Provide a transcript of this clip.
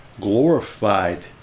glorified